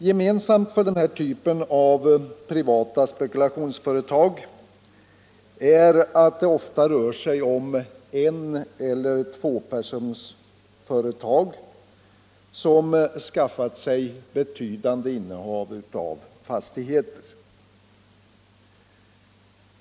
Gemensamt för den här typen av privata spekulationsföretag är att det ofta rör sig om en eller tvåpersonsföretag som skaffat sig ett betydande innehav av fastigheter.